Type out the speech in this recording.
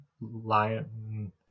lion